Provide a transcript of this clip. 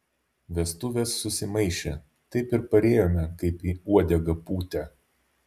vestuvės susimaišė taip ir parėjome kaip į uodegą pūtę